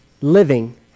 living